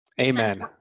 Amen